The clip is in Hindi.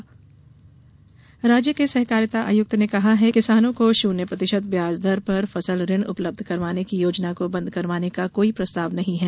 सहकारिता आयक्त राज्य के सहकारिता आयुक्त ने कहा है कि किसानों को शून्य प्रतिशत ब्याज दर पर फसल ऋण उपलब्ध करवाने की योजना को बंद करने का कोई प्रस्ताव नहीं है